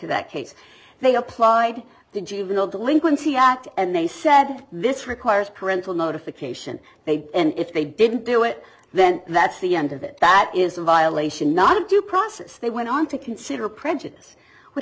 that case they applied the juvenile delinquency act and they said this requires parental notification they and if they didn't do it then that's the end of it that is a violation not due process they went on to consider prejudice would